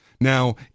now